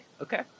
okay